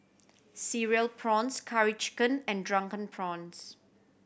Cereal Prawns Curry Chicken and Drunken Prawns